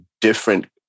different